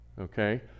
Okay